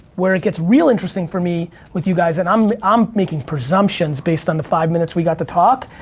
where it gets real interesting for me with you guys, and i'm um making presumptions based on the five minutes we got to talk,